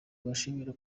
mbashimire